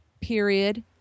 period